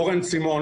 אורן סימון,